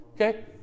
okay